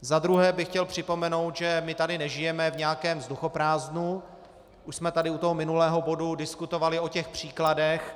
Za druhé bych chtěl připomenout, že my tady nežijeme v nějakém vzduchoprázdnu, už jsme tady u toho minulého bodu diskutovali o těch příkladech.